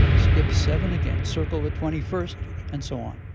skip seven again, circle the twenty-first and so on.